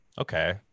okay